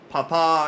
Papa